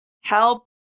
help